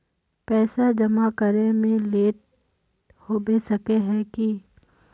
पैसा जमा करे में लेट होबे सके है की?